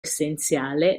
essenziale